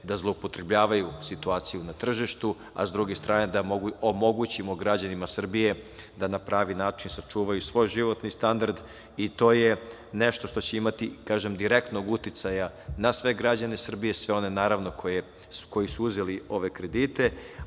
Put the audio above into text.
da zloupotrebljavaju situaciju na tržištu, a s druge strane da omogućimo građanima Srbije da na pravi način sačuvaju svoj životni standard. To je nešto što će imati direktnog uticaja na sve građane Srbije, sve one koji su uzeli ove kredite,